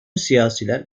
siyasiler